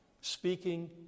Speaking